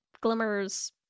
Glimmers